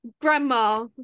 grandma